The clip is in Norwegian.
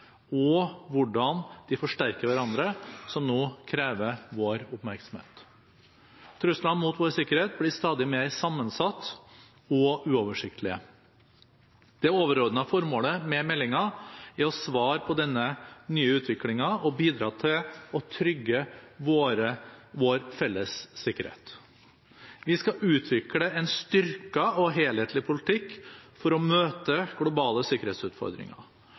og hvordan de forsterker hverandre – som nå krever vår oppmerksomhet. Truslene mot vår sikkerhet blir stadig mer sammensatte og uoversiktlige. Det overordnede formålet med meldingen er å svare på denne nye utviklingen, å bidra til å trygge vår felles sikkerhet. Vi skal utvikle en styrket og helhetlig politikk for å møte globale sikkerhetsutfordringer.